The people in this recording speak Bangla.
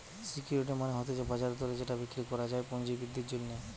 সিকিউরিটি মানে হতিছে বাজার দরে যেটা বিক্রি করা যায় পুঁজি বৃদ্ধির জন্যে